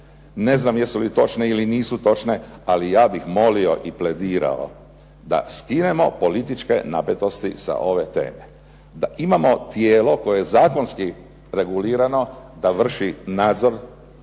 Ne znam jesu li točne ili nisu točne, ali ja bih molio i pledirao da skinemo političke napetosti sa ove teme, da imamo tijelo koje je zakonski regulirano da vrši nadzor